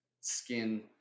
skin